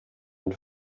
and